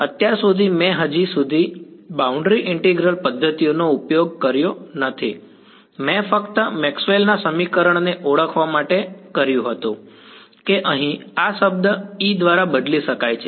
અત્યાર સુધી મેં હજી સુધી બાઉન્ડ્રી ઈન્ટીગ્રલ પદ્ધતિઓનો ઉપયોગ કર્યો નથી મેં ફક્ત મેક્સવેલ ના સમીકરણને ઓળખવા માટે કર્યું હતું કે અહીં આ શબ્દ E દ્વારા બદલી શકાય છે